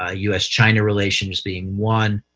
ah u s china relations being one,